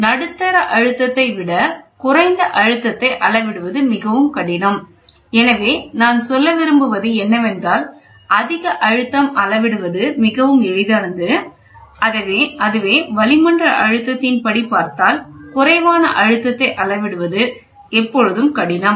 நடுத்தர அழுத்தத்தை விட குறைந்த அழுத்தத்தை அளவிடுவது மிகவும் கடினம் எனவே நான் சொல்ல விரும்புவது என்னவென்றால் அதிக அழுத்தம் அளவிடுவது மிகவும் எளிதானது அதுவே வளிமண்டல அழுத்தத்தின் படி பார்த்தால் குறைவான அழுத்தத்தை அளவிடுவது எப்போதும் கடினம்